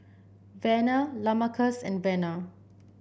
Vena Lamarcus and Vena